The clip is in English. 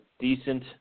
Decent